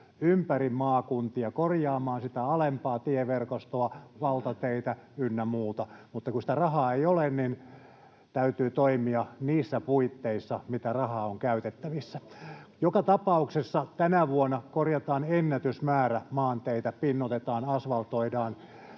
ympäri maakuntia korjaamaan sitä alempaa tieverkostoa, valtateitä ynnä muuta. Mutta kun sitä rahaa ei ole, niin täytyy toimia niissä puitteissa, mitä rahaa on käytettävissä. Joka tapauksessa tänä vuonna korjataan ennätysmäärä maanteitä, pinnoitetaan, asvaltoidaan,